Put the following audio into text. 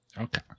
Okay